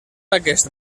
aquest